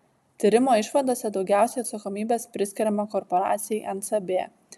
tyrimo išvadose daugiausiai atsakomybės priskiriama korporacijai ncb